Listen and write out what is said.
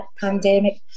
pandemic